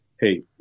Hey